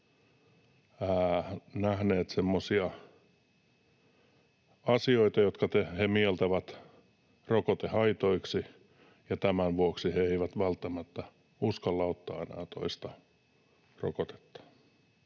nähneet semmoisia asioita, jotka he mieltävät rokotehaitoiksi, eivätkä tämän vuoksi välttämättä uskalla ottaa enää toista rokotetta.